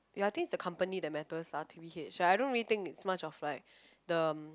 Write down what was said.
ya I think is the company that matters lah T_B_H like I don't really think it's much of the